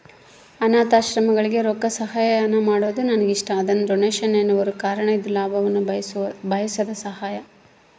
ಅನಾಥಾಶ್ರಮಗಳಿಗೆ ರೊಕ್ಕಸಹಾಯಾನ ಮಾಡೊದು ನನಗಿಷ್ಟ, ಅದನ್ನ ಡೊನೇಷನ್ ಎನ್ನುವರು ಕಾರಣ ಇದು ಲಾಭವನ್ನ ಬಯಸದ ಸಹಾಯ